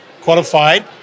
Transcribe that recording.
qualified